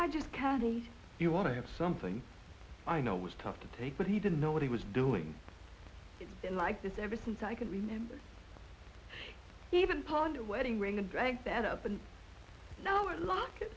i just candy you want to have something i know was tough to take but he didn't know what he was doing it's been like this ever since i can remember even ponder wedding ring a drank that up and now or lock it